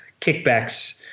kickbacks